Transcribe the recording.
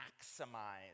maximize